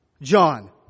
John